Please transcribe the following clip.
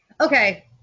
Okay